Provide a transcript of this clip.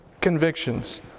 Convictions